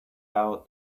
out